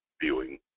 viewing